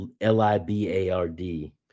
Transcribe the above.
l-i-b-a-r-d